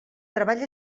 treball